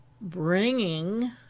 bringing